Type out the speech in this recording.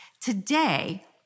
Today